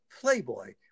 Playboy